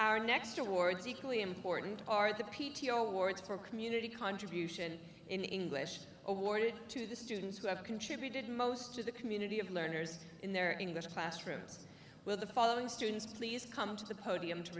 our next awards equally important are the p t o words for community contribution in english awarded to the students who have contributed most of the community of learners in their classrooms with the following students please come to the podium to